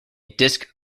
disk